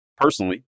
personally